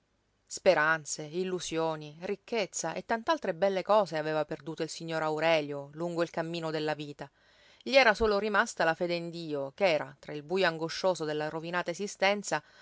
speranze illusioni ricchezza e tant'altre belle cose aveva perduto il signor aurelio lungo il cammino della vita gli era solo rimasta la fede in dio ch'era tra il bujo angoscioso della rovinata esistenza